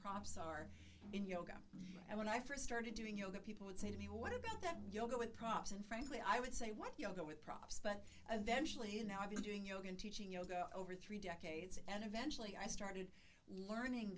props are in yoga and when i st started doing yoga people would say to me what about that yoga with props and frankly i would say what yoga with props but eventually you know i've been doing yoga teaching yoga over three decades and eventually i started learning